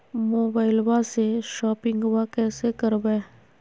मोबाइलबा से शोपिंग्बा कैसे करबै?